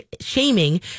shaming